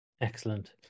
Excellent